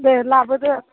दे लाबोदो